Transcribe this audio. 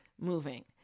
moving